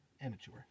Amateur